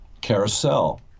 Carousel